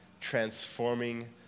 transforming